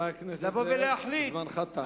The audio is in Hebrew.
לבוא ולהחליט, חבר הכנסת זאב, זמנך תם.